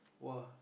!wah!